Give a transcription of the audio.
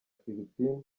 philippines